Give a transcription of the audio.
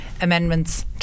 amendments